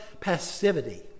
passivity